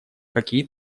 какие